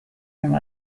from